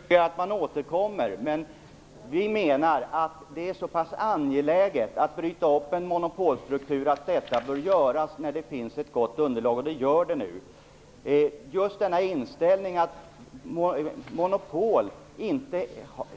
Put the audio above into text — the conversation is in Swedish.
Fru talman! Jag förutser att man återkommer i ärendet. Vi menar att det är så pass angeläget att bryta upp en monopolstruktur att detta bör göras när det finns ett gott underlag. Det finns nu. Just denna inställning att offentliga monopol inte